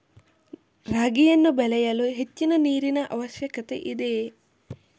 ರಾಗಿಯನ್ನು ಬೆಳೆಯಲು ಹೆಚ್ಚಿನ ನೀರಿನ ಅವಶ್ಯಕತೆ ಇದೆಯೇ?